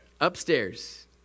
Upstairs